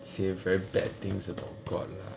say very bad things about god lah